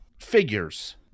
figures